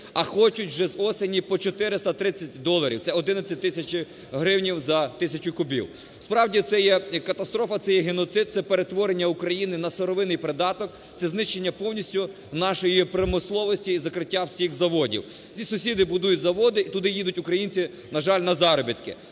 А хочуть вже з осені по 430 доларів - це 11 тисяч гривень за тисячу кубів. Справді, це є катастрофа, це є геноцид, це перетворення України на сировинний придаток, це знищення повністю нашої промисловості і закриття всіх заводів. Всі сусіди будують заводи, і туди їдуть українці, на жаль, на заробітки.